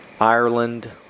Ireland